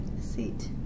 Seat